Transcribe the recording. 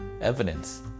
evidence